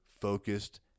focused